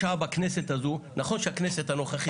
חבר הכנסת מרגי, נו באמת, תן לה לעבוד.